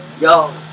Yo